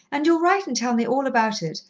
and you'll write and tell me all about it,